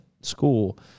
school